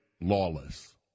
Lawless